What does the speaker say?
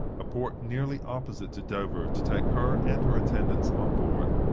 a port nearly opposite to dover to take her and her attendants on board.